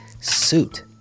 suit